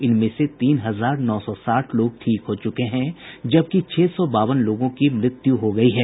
इनमें से तीन हजार नौ सौ साठ लोग ठीक हो चुके हैं जबकि छह सौ बावन लोगों की मृत्यु हो गयी है